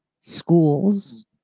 schools